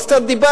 אז קצת דיברנו,